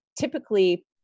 typically